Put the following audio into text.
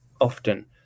often